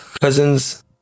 cousin's